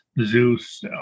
Zeus